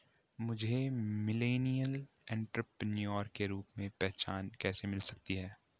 मुझे millennial entrepreneur के रूप में पहचान कैसे मिल सकती है?